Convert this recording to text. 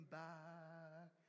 back